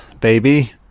baby